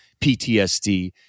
PTSD